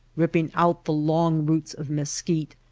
ripping out the long roots of mesquite,